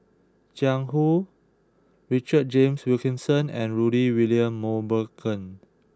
Jiang Hu Richard James Wilkinson and Rudy William Mosbergen